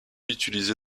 utilisé